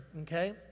Okay